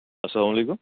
السلام علیکُم